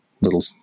little